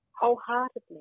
wholeheartedly